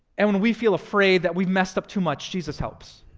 and when we feel afraid that we messed up too much, jesus helps.